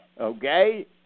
okay